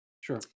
Sure